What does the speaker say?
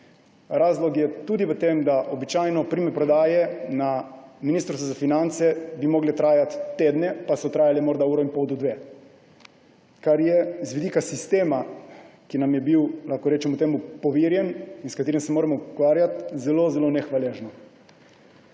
Razlog je tudi v tem, da bi običajno primopredaje na Ministrstvu za finance morale trajati tedne, pa so trajale morda uro in pol do dve, kar je z vidika sistema, ki nam je bil, lahko rečemo, poverjen in s katerim se moramo ukvarjati, zelo zelo nehvaležno.